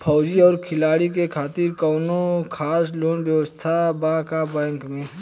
फौजी और खिलाड़ी के खातिर कौनो खास लोन व्यवस्था बा का बैंक में?